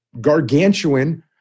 gargantuan